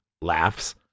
Laughs